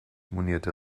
monierte